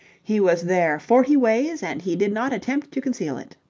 he was there forty ways and he did not attempt to conceal it.